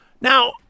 now